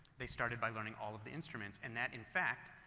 they started by learning all of the instruments and that, in fact,